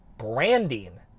Branding